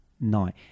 night